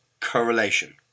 correlation